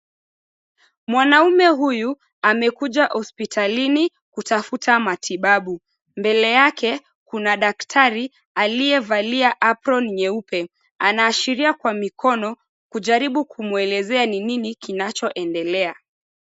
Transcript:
Mwanamume huyu amekuja hospitalini kutafuta matibabu. Mbele yake kuna daktari aliyevalia apron nyeupe. Anaashiria kwa mikono kujaribu kumwelezea ni nini kinachoendelea.